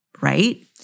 right